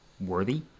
worthy